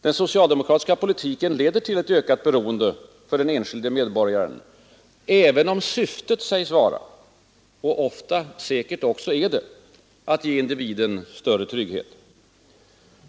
Den socialdemokratiska politiken leder till ett ökat beroende för den enskilde medborgaren, även om syftet säges vara — och ofta säkert också är — att ge individen ökad trygghet.